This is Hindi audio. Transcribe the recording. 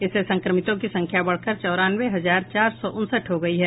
इससे संक्रमितों की संख्या बढ़कर चौरानवे हजार चार सौ उनसठ हो गयी है